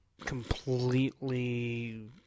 completely